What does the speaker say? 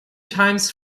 times